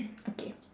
okay